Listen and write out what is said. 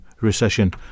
recession